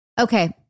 okay